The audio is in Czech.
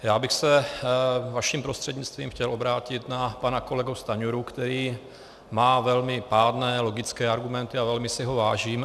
Já bych se vaším prostřednictvím chtěl obrátit na pana kolegu Stanjuru, který má velmi pádné logické argumenty a velmi si ho vážím.